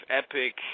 epic